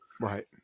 Right